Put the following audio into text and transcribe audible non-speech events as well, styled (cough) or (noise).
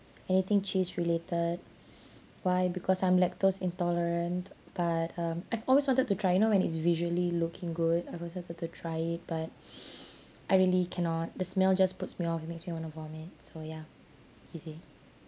anything cheese related (breath) why because I'm lactose intolerant but um I've always wanted to try you know when it's visually looking good I've always wanted to try it but (breath) I really cannot the smell just puts me off it makes me want to vomit so ya easy